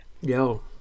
Yo